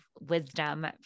wisdom